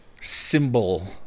symbol